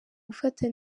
gufata